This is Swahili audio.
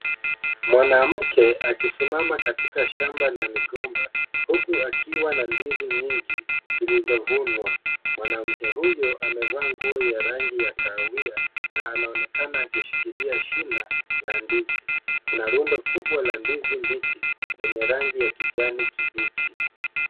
Mwanamke akisimama katika shamba la migomba huku akiwa na ndizi nyingi zilizo vunwa. Mwanamke huyu amevaa nguo ya rangi ya kahawai na anaonekana akishikilia shina la ndizi. Kuna rundo kubwa la ndizi mbichi lenye rangi ya kijani kibichi.